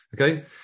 Okay